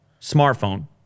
smartphone